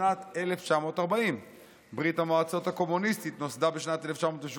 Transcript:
בשנת 1940. ברית המועצות הקומוניסטית נוסדה בשנת 1917,